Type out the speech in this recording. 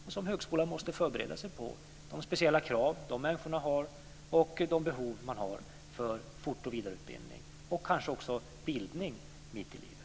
Och högskolan måste förbereda sig på de speciella krav och behov som dessa människor har när det gäller fort och vidareutbildning och kanske också när det gäller bildning mitt i livet.